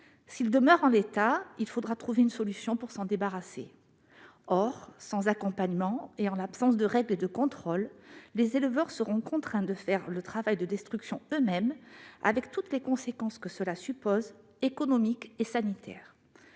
S'ils demeurent en l'état, il faudra trouver une solution pour s'en débarrasser. Sans accompagnement, et en l'absence de règles et de contrôles, les éleveurs seront contraints de faire le travail de destruction eux-mêmes, avec toutes les conséquences économiques et sanitaires